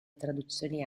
traduzioni